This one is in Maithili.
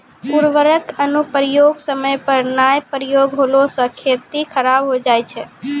उर्वरक अनुप्रयोग समय पर नाय प्रयोग होला से खेती खराब हो जाय छै